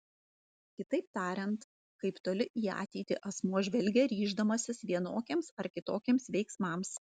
kitaip tariant kaip toli į ateitį asmuo žvelgia ryždamasis vienokiems ar kitokiems veiksmams